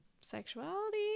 sexuality